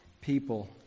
people